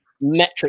metric